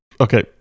Okay